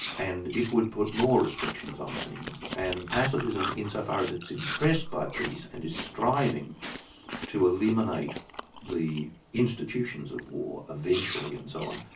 and it would put more restrictions on things, and pacifism insofar as it's impressed by peace and is striving to eliminate the institutions of war eventually and so on,